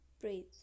breathe